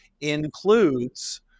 includes